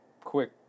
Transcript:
quick